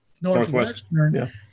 Northwestern